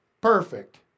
perfect